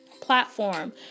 platform